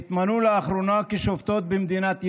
הן התמנו לאחרונה לשופטות במדינת ישראל,